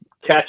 catch